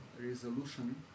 resolution